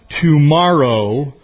tomorrow